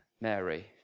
Mary